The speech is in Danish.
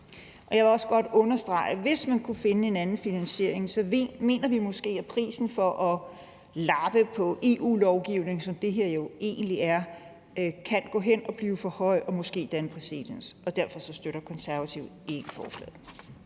Jeg vil også godt understrege, at hvis man kunne finde en anden finansiering, mener vi måske, at prisen for at lappe på EU-lovgivning, som det her jo egentlig er, kan gå hen at blive for høj og måske danne præcedens, og derfor støtter Konservative ikke forslaget.